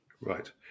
Right